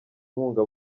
inkunga